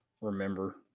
remember